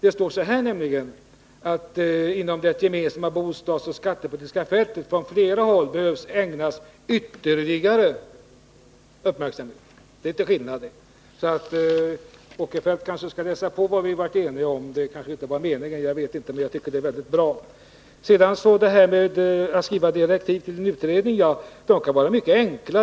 Det står nämligen i civilutskottets betänkande att det ”inom det gemensamma bostadsoch skattepolitiska fältet på flera håll behöver ägnas ytterligare uppmärksamhet”. Det är litet skillnad det. Sven Eric Åkerfeldt bör kanske läsa på vad vi har varit eniga om. Det var kanske inte meningen, men jag tycker att det är mycket bra. Beträffande detta att skriva direktiv till en utredning vill jag säga att sådana direktiv kan vara mycket enkla.